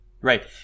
Right